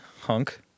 hunk